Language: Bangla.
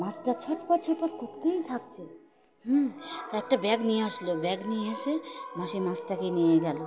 মাছটা ছটফট ছটফট করতেই থাকছে হুম তা একটা ব্যাগ নিয়ে আসল ব্যাগ নিয়ে এসে মাসি মাছটাকে নিয়ে গেল